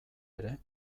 ere